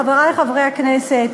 חברי חברי הכנסת,